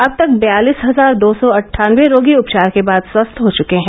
अब तक बयालीस हजार दो सौ अट्टानबे रोगी उपचार के बाद स्वस्थ हो चुके हैं